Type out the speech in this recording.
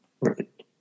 right